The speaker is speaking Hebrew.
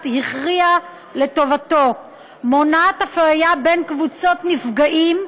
הכריע לטובתו ומונעת אפליה בין קבוצות נפגעים.